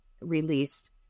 released